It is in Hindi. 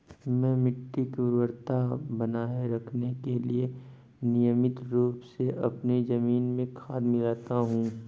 मैं मिट्टी की उर्वरता बनाए रखने के लिए नियमित रूप से अपनी जमीन में खाद मिलाता हूं